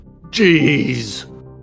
Jeez